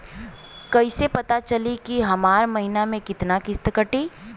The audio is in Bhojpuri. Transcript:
कईसे पता चली की हमार महीना में कितना किस्त कटी?